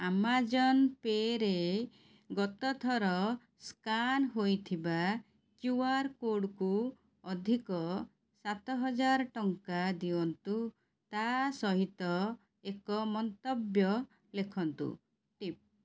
Amazon ପେ'ରେ ଗତଥର scan ହୋଇଥିବା କ୍ୟୁ ଆର୍ କୋଡ଼୍କୁ ଅଧିକ ସାତହଜାର ଟଙ୍କା ଦିଅନ୍ତୁ ତା'ସହିତ ଏକ ମନ୍ତବ୍ୟ ଲେଖନ୍ତୁ ଟିପ୍